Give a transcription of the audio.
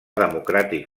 democràtic